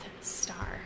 Star